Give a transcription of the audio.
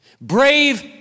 brave